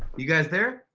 you guys there?